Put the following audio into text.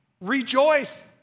rejoice